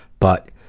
but,